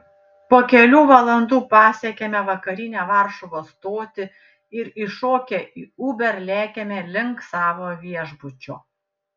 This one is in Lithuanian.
po kelių valandų pasiekiame vakarinę varšuvos stotį ir įšokę į uber lekiame link savo viešbučio